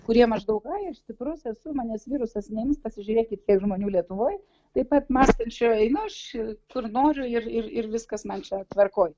kurie maždaug aj aš stiprus esu manęs virusas neims pasižiūrėkit kiek žmonių lietuvoj taip pat mąstančių einu aš kur noriu ir ir ir viskas man čia tvarkoj